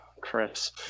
chris